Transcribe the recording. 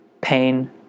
pain